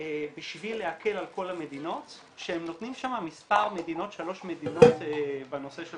בשביל להקל על כל המדינות שהם נותנים שם שלוש מדינות בנושא של